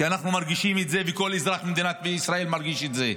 כי אנחנו מרגישים את זה וכל אזרח במדינת ישראל מרגיש את זה,